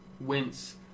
Wince